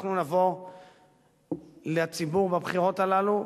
אנחנו נבוא לציבור בבחירות הללו,